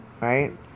Right